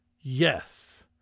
yes